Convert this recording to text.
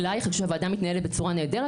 אני חושבת שהוועדה מתנהלת בצורה נהדרת.